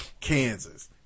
Kansas